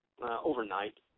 overnight